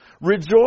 Rejoice